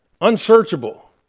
unsearchable